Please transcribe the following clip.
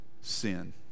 sin